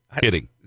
kidding